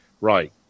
right